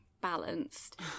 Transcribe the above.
balanced